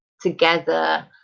together